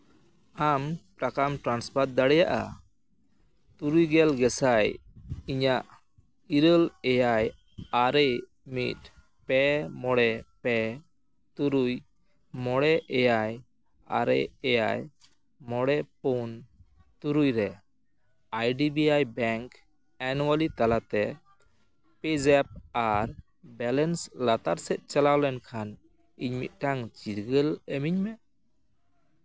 ᱟᱢ ᱴᱟᱠᱟᱢ ᱴᱨᱟᱱᱥᱯᱷᱟᱨ ᱫᱟᱲᱮᱭᱟᱜᱼᱟ ᱛᱩᱨᱩᱭ ᱜᱮᱞ ᱜᱮᱥᱟᱭ ᱤᱧᱟᱹᱜ ᱤᱨᱟᱹᱞ ᱮᱭᱟᱭ ᱟᱨᱮ ᱢᱤᱫ ᱯᱮ ᱢᱚᱬᱮ ᱯᱮ ᱛᱩᱨᱩᱭ ᱢᱚᱬᱮ ᱮᱭᱟᱭ ᱟᱨᱮ ᱮᱭᱟᱭ ᱢᱚᱬᱮ ᱯᱩᱱ ᱛᱩᱨᱩᱭ ᱨᱮ I D B I bank annually ᱛᱟᱞᱟᱛᱮ ᱯᱤᱡᱟᱯ ᱟᱨ ᱵᱮᱞᱮᱱᱥ ᱞᱟᱛᱟᱨ ᱥᱮᱫ ᱪᱟᱞᱟᱣ ᱞᱮᱱᱠᱷᱟᱱ ᱤᱧ ᱢᱤᱫᱴᱟᱱ ᱪᱤᱨᱜᱟᱹᱞ ᱤᱢᱟᱹᱧ ᱢᱮ